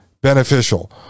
beneficial